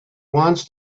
wants